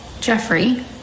Jeffrey